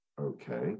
Okay